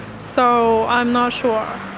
so i'm not sure.